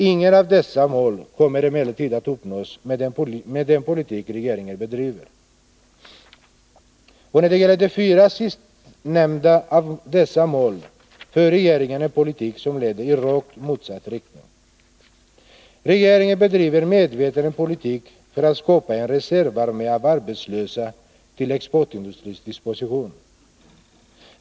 Inget av dessa mål kommer emellertid att uppnås med den politik som regeringen bedriver. Och när det gäller de fyra sistnämnda av dessa mål för regeringen en politik som leder i rakt motsatt riktning. Regeringen bedriver medvetet en politik för att skapa en reservarmé av arbetslösa till exportindustrins disposition.